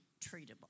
treatable